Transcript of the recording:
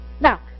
Now